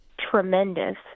tremendous